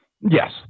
Yes